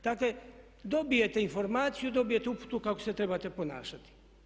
Dakle dobijete informaciju, dobijete uputu kako se trebate ponašati.